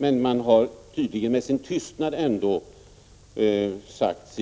Regeringen har tydligen med sin tystnad ändå sagt